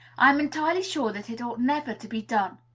i am entirely sure that it ought never to be done.